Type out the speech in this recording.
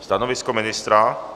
Stanovisko ministra?